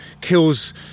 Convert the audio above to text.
kills